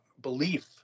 belief